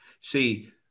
see